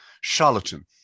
charlatan